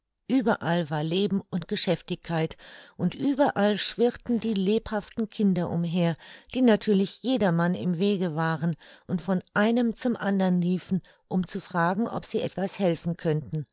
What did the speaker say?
ueberall war leben und geschäftigkeit und überall schwirrten die lebhaften kinder umher die natürlich jedermann im wege waren und von einem zum andern liefen um zu fragen ob sie etwas helfen könnten